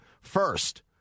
First